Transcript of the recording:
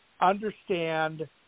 understand